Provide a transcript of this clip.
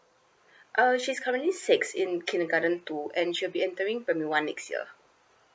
uh she's currently six in kindergarten to and she'll be entering primary one next year